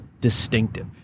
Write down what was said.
distinctive